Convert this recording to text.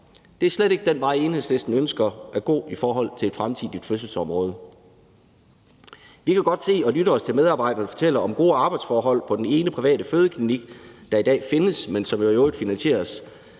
Det er slet ikke den vej, Enhedslisten ønsker at gå i forhold til et fremtidigt fødselsområde. Vi kan godt se og lytte os til, at medarbejdere fortæller om gode arbejdsforhold på den ene private fødeklinik, der i dag findes, og som jo i øvrigt finansieres